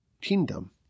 kingdom